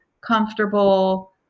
comfortable